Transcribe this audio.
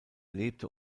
lebte